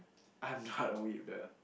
I'm not a weeb [duh]